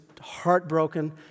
heartbroken